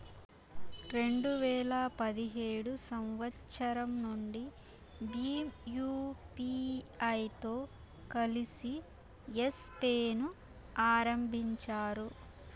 రెండు వేల పదిహేడు సంవచ్చరం నుండి భీమ్ యూపీఐతో కలిసి యెస్ పే ను ఆరంభించారు